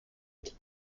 secs